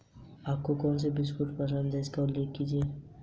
ई commerce की website की क्या उपयोगिता है?